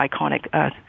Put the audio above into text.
iconic